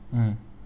mm